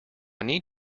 need